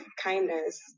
kindness